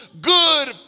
good